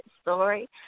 story